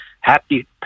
Happy